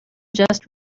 just